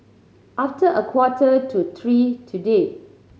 after a quarter to three today